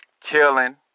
killing